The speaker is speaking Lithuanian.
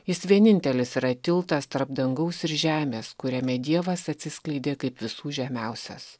jis vienintelis yra tiltas tarp dangaus ir žemės kuriame dievas atsiskleidė kaip visų žemiausias